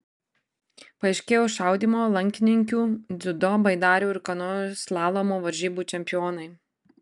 paaiškėjo šaudymo lankininkių dziudo baidarių ir kanojų slalomo varžybų čempionai